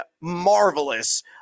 marvelous